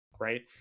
right